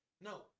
No